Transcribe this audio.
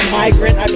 migrant